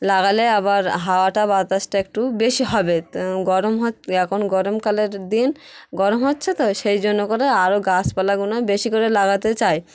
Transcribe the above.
লাগালে আবার হাওয়াটা বাতাসটা একটু বেশি হবে তো গরম হয়তো এখন গরমকালের দিন গরম হচ্ছে তো সেই জন্য করে আরো গাছপালাগুনা বেশি করে লাগাতে চাই